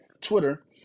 Twitter